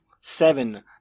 Seven